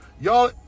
Y'all